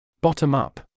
bottom-up